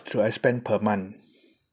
should I spend per month